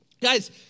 guys